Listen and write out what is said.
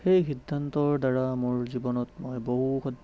সেই সিদ্ধান্তৰ দ্বাৰা মোৰ জীৱনত মই বহু সদ